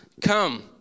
come